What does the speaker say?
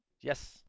Yes